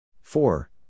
Four